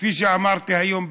כפי שאמרתי היום,